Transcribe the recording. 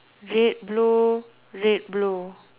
red blue red blue